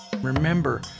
Remember